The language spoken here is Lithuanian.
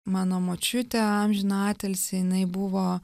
mano močiutė amžiną atilsį jinai buvo